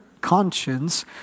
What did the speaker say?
conscience